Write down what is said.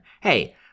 Hey